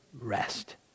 rest